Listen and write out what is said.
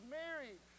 married